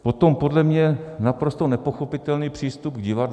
Potom podle mě naprosto nepochopitelný přístup k divadlům.